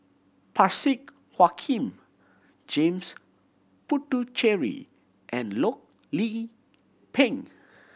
Parsick Joaquim James Puthucheary and Loh Lik Peng